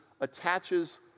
attaches